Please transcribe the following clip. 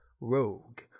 rogue